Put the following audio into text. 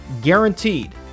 guaranteed